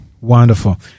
Wonderful